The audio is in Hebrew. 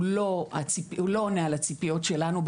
הוא לא עונה על הציפיות שלנו,